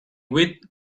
witt